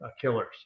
killers